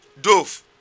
Dove